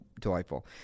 delightful